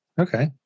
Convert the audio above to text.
Okay